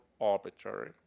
arbitrary